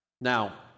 Now